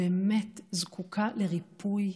באמת זקוקה לריפוי,